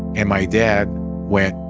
and my dad went,